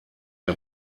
der